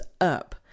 up